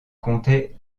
comptait